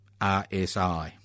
RSI